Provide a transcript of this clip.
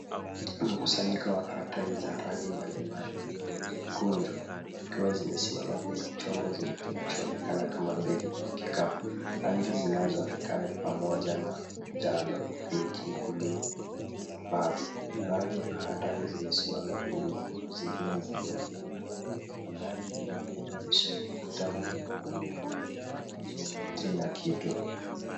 Mkusanyiko wa karatasi za rangi mbalimbali zilizokunjwa, zikiwa zimesimama kwenye chombo kinachoonekana kama begi au kikapu. Rangi zinazoonekana ni pamoja na njano, pinki, blue , na zambarau. Baadhi ya karatasi zimesimama wima huku zengine zikiwa zimelala. Mandhari ya nyuma inaonyesha ukuta wenye muundo wa kijiometri na kitu.